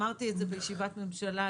אמרתי את זה בישיבת ממשלה,